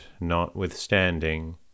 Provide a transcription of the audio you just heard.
notwithstanding